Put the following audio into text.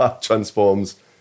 transforms